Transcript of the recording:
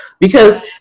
Because-